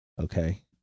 Okay